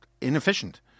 inefficient